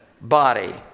body